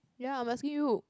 ya I'm asking you